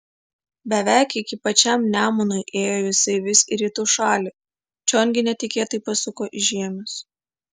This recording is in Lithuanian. beveik iki pačiam nemunui ėjo jisai vis į rytų šalį čion gi netikėtai pasuko į žiemius